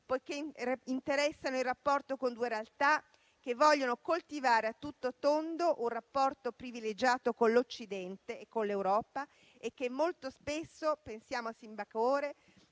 perché interessano il rapporto con due realtà che vogliono coltivare a tutto tondo un rapporto privilegiato con l'Occidente e con l'Europa e che molto spesso - pensiamo a Singapore